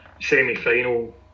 semi-final